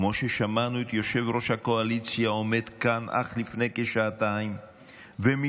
כמו ששמענו את יושב-ראש הקואליציה עומד כאן אך לפני כשעתיים ומשתלח